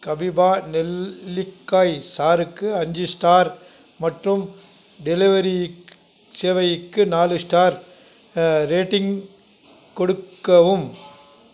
கபீவா நெல்லிக்காய்ச் சாறுக்கு அஞ்சு ஸ்டார் மற்றும் டெலிவரி சேவைக்கு நாலு ஸ்டார் ரேட்டிங் கொடுக்கவும்